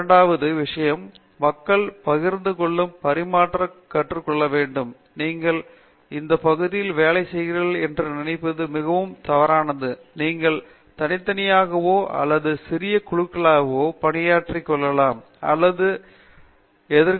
இரண்டாவது விஷயம் மக்கள் பகிர்ந்து கொள்ளவும் பரிமாறவும் கற்றுக்கொள்ள வேண்டும் நீங்கள் குறுகிய பகுதியில் வேலை செய்கிறீர்கள் என்று நினைப்பது மிகவும் தவறானது நீங்கள் தனித்தனியாகவோ அல்லது சிறிய குழுக்களுக்கோ பணியாற்றிக் கொள்ளலாம் அல்லது தனிப்பட்டவர்களாகவே இருப்பீர்கள்